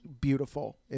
beautiful